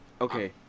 Okay